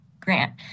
grant